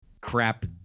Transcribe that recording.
crap